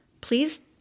please